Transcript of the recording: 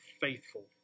faithful